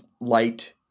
light